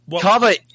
kava